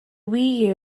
wii